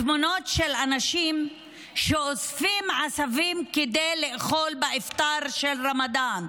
תמונות של אנשים שאוספים עשבים כדי לאכול באפטאר של רמדאן.